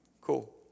Cool